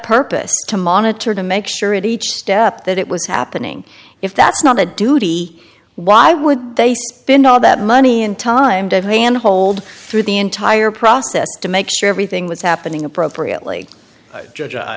purpose to monitor to make sure it each step that it was happening if that's not a duty why would they spend all that money and time to hand hold through the entire process to make sure everything was happening appropriately judge i